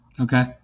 Okay